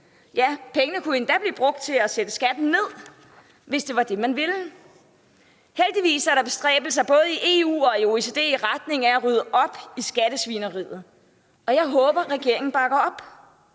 Ja, pengene kunne endda blive brugt til at sætte skatten ned, hvis det var det, man ville. Heldigvis er der bestræbelser, både i EU og i OECD, i retning af rydde op i skattesvineriet, og jeg håber, regeringen bakker op.